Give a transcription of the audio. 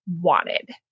wanted